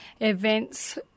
events